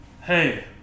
hey